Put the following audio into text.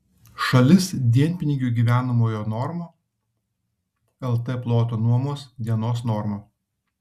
šalis dienpinigių gyvenamojo norma lt ploto nuomos dienos norma